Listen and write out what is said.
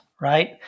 right